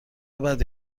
بدی